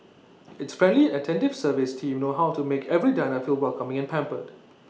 its friendly and attentive service team know how to make every diner feel welcoming and pampered